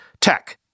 tech